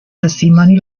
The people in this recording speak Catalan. testimoni